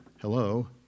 Hello